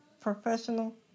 professional